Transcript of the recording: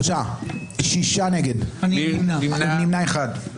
שלושה בעד, שישה נגד, נמנע אחד.